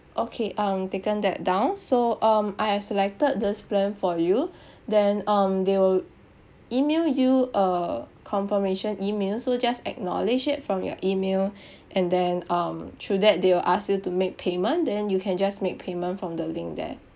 okay um taken that down so um I have selected this plan for you then um they will email you a confirmation email so just acknowledge it from your email and then um through that they will ask you to make payment then you can just make payment from the link there